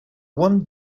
one